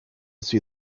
see